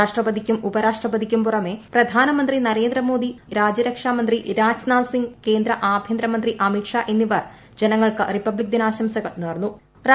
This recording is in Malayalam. രാഷ്ട്രപതിക്കും ഉപരാഷ്ട്രപതിക്കും പുറമെ പ്രധാനമന്ത്രി നരേന്ദ്രമോദി രാജ്യരക്ഷമന്ത്രി രാജ്നാഥ് സിംഗ് കേന്ദ്ര ആഭ്യന്തരമന്ത്രി അമിത്ഷാ എന്നിവർ ജനങ്ങൾക്ക് റിപ്പബ്ലിക് ദിനാശംസകൾ ്അറിയിച്ചു